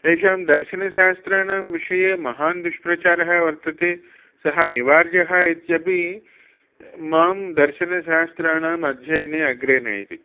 एषां दर्शनशास्त्राणां विषये महान् दुष्प्रचारः वर्तते सः निवार्यः इत्यपि मां दर्शनशास्त्राणाम् अध्ययने अग्रे नयति